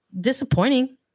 disappointing